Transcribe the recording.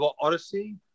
Odyssey